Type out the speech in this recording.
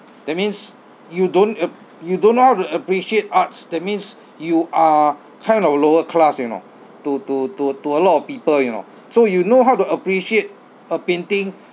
that means you don't ap~ you don't know how to appreciate arts that means you are kind of a lower class you know to to to to a lot of people you know so you know how to appreciate a painting